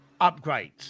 upgrades